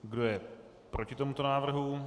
Kdo je proti tomuto návrhu?